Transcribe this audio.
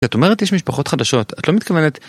ואת אומרת יש משפחות חדשות, את לא מתכוונת?